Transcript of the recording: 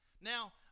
Now